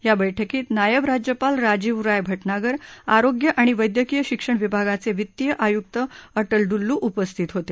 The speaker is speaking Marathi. या बैठकीत नायब राज्यपाल राजीव राय भटनागर आरोग्य आणि वैद्यकीय शिक्षण विभागाचे वित्तीय आयुक्त अटल डुल्लू उपस्थित होते